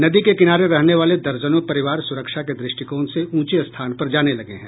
नदी के किनारे रहने वाले दर्जनों परिवार सुरक्षा के दृष्टिकोण से ऊंचे स्थान पर जाने लगे हैं